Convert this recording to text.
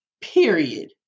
period